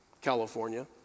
California